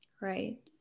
right